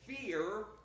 fear